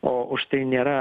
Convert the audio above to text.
o už tai nėra